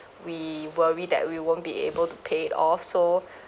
we worry that we won't be able to pay it off so